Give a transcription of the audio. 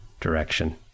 direction